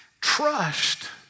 trust